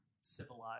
civilized